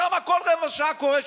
שם, בכל רבע שעה קורה שיבוש,